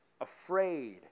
afraid